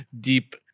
deep